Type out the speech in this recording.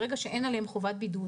ברגע שאין עליהם חובת בידוד,